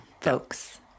folks